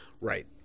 Right